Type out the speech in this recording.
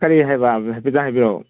ꯀꯔꯤ ꯍꯥꯏꯕ ꯍꯥꯏꯐꯦꯠꯇꯪ ꯍꯥꯏꯕꯤꯌꯨ